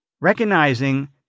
recognizing